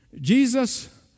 Jesus